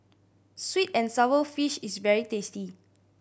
sweet and sour fish is very tasty